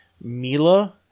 mila